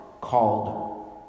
called